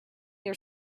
your